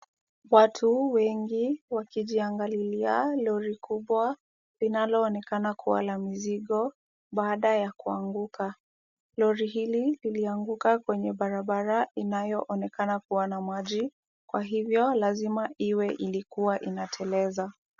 Watu wengi wakijiangalilia lori kubwa, linalo onekana kuwa la mizigo baada ya kuanguka. Lori hili lilianguka kwenye barabara inayo onekana kuwa na maji, kwa hivyo lazima iwe ilikuwa inateleza.